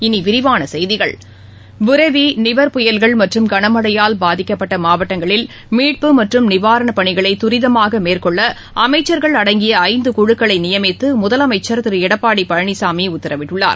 இனிவிரிவானசெய்திகள் புரெவி நிவர் புயல்கள் மற்றும் கனமழையால் பாதிக்கப்பட்டமாவட்டங்களில் மீட்பு மற்றும் நிவாரணப் பணிகளைதுரிதமாகமேற்கொள்ளஅமைச்சுகள் அடங்கியஐந்துகுழுக்களைநியமித்துழுதலமைச்சர் திருஎடப்பாடிபழனிசாமிஉத்தரவிட்டுள்ளார்